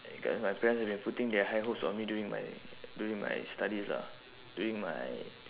because my parents has been putting their high hopes on me during my during my studies lah during my